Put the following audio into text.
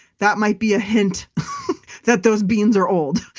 that might be a hint that those beans are old.